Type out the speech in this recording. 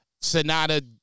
Sonata